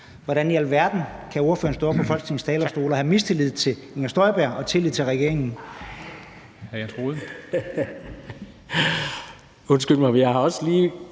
Hvordan i alverden kan ordføreren stå oppe på Folketingets talerstol og have mistillid til fru Inger Støjberg og tillid til regeringen?